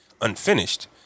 unfinished